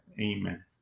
Amen